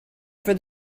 for